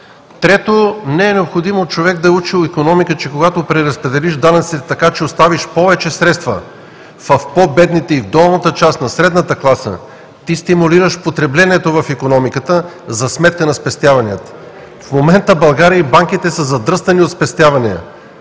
Трето, не е необходимо човек да е учил икономика, за да знае, че когато преразпределиш данъците така, че оставиш повече средства в по бедните и в долната част на средната класа, ти стимулираш потреблението в икономиката за сметка на спестяванията. В момента в България банките за задръстени от спестявания,